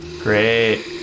Great